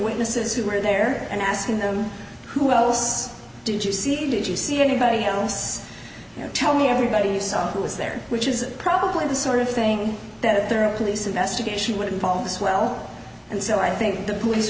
witnesses who were there and asking them who else did you see did you see anybody else you know tell me everybody you saw who was there which is probably the sort of thing that there are a police investigation would involved as well and so i think the police